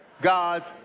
God's